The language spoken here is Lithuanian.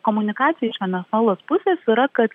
komunikacija iš venesuelos pusės yra kad